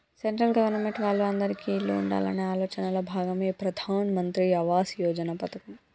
central government వాళ్ళు అందిరికీ ఇల్లు ఉండాలనే ఆలోచనలో భాగమే ఈ ప్రధాన్ మంత్రి ఆవాస్ యోజన పథకం